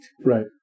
Right